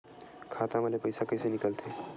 खाता मा ले पईसा कइसे निकल थे?